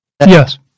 Yes